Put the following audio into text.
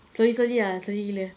slowly slowly ah slowly gila